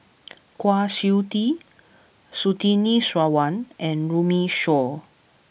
Kwa Siew Tee Surtini Sarwan and Runme Shaw